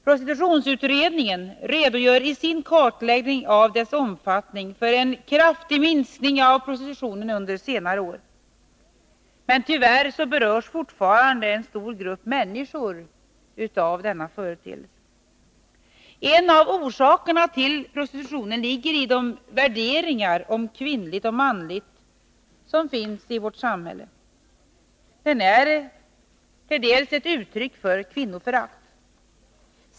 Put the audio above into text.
Prostitutiönsutredningen redogör i sin kartläggning av prostitutionens omfattning för en kraftig minskning av prostitutionen under senare år. Tyvärr berörs dock fortfarande en stor grupp människor av denna företeelse. En av orsakerna till prostitutionen ligger i de värderingar om kvinnligt och manligt som finns i vårt samhälle. Prostitutionen är ett uttryck för kvinnoförakt.